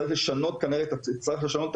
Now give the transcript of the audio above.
צריך לשנות את התפיסה.